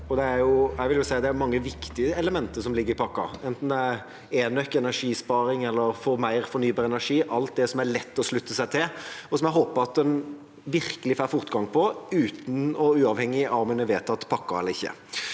det er mange viktige elementer som ligger i pakken, enten det er enøk, energisparing eller å få mer fornybar energi. Alt dette er lett å slutte seg til, og jeg håper at en virkelig får fortgang i det uavhengig av om en har vedtatt pakken eller ikke.